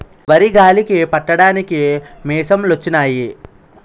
వరి గాలికి పట్టడానికి మిసంలొచ్చినయి